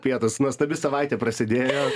pietūs nuostabi savaitė prasidėjo